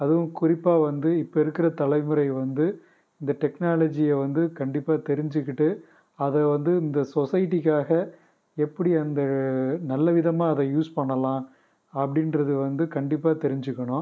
அதுவும் குறிப்பாக வந்து இப்போ இருக்கிற தலைமுறை வந்து இந்த டெக்னாலஜியை வந்து கண்டிப்பாக தெரிஞ்சுக்கிட்டு அதை வந்து இந்த சொசைட்டிக்காக எப்படி அந்த நல்லவிதமாக அதை யூஸ் பண்ணலாம் அப்படின்றது வந்து கண்டிப்பாக தெரிஞ்சுக்கணும்